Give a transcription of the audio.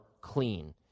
clean